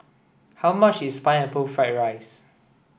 how much is pineapple fried rice